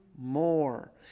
more